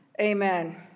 Amen